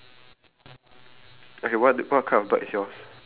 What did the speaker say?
okay err what type of bird do you think it is do~ does it look like a duck